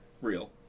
real